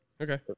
Okay